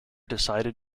decided